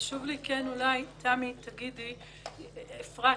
אפרת,